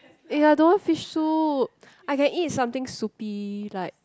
eh I don't want fish soup I can eat something soupy like